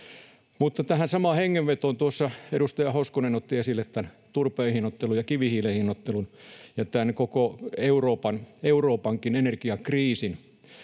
Tähän samaan hengenvetoon: Tuossa edustaja Hoskonen otti esille turpeen hinnoittelun ja kivihiilen hinnoittelun ja koko Euroopankin energiakriisin.